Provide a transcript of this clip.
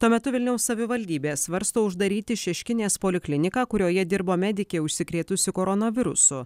tuo metu vilniaus savivaldybė svarsto uždaryti šeškinės polikliniką kurioje dirbo medikė užsikrėtusi koronavirusu